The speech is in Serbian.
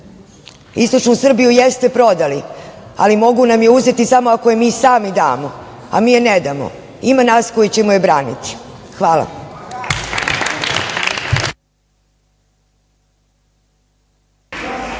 Istočnu Srbiju jeste prodali, ali mogu nam je uzeti samo, ako je mi sami damo, a mi je ne damo ima nas koji ćemo je braniti. Hvala.